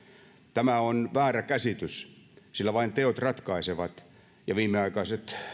tämä on väärä käsitys sillä vain teot ratkaisevat ja viimeaikaiset